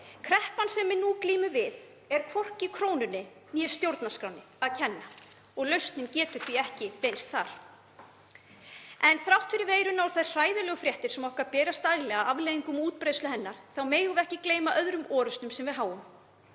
Kreppan sem við glímum nú við er hvorki krónunni né stjórnarskránni að kenna og lausnin getur því ekki leynst þar. En þrátt fyrir veiruna og þær hræðilegu fréttir sem okkur berast daglega af afleiðingum af útbreiðslu hennar þá megum við ekki gleyma öðrum orrustum sem við háum.